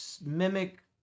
mimic